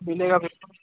मिलेगा बिल्कुल मिलेगा